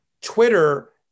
Twitter